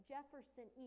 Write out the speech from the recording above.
Jefferson